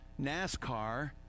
NASCAR